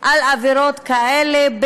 על עבירות כאלה,